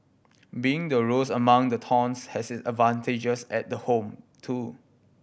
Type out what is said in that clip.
being the rose among the thorns has its advantages at the home too